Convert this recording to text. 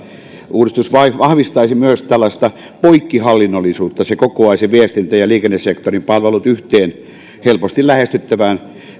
uudistus vahvistaisi myös tällaista poikkihallinnollisuutta se kokoaisi viestintä ja liikennesektorin palvelut yhteen helposti lähestyttävään